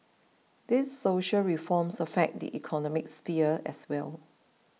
these social reforms affect the economic sphere as well